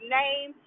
name